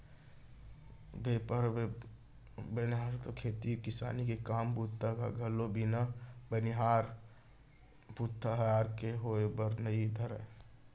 बेपार ते बेपार खेती किसानी के काम बूता ह घलोक बिन बनिहार भूथियार के होय बर नइ धरय